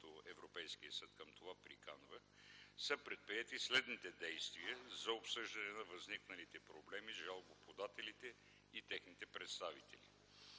като Европейският съд приканва към това, са предприети следните действия за обсъждане на възникналите проблеми с жалбоподателите и техните представители.